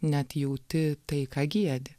net jauti tai ką giedi